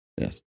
Yes